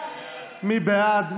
מי בעד?